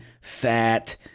fat